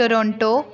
Toronto